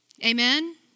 Amen